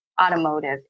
automotive